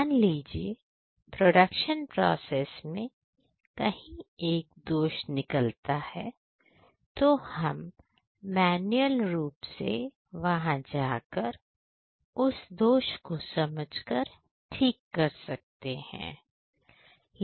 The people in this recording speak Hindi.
मान लीजिए प्रोडक्शन प्रोसेस में कहीं एक दोष निकलता है तो हम मैन्युअल रूप से वहां जाकर उस दोष को समझ कर ठीक कर सकते हैं